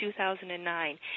2009